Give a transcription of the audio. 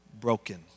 broken